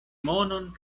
monon